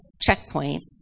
checkpoint